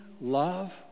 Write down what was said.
love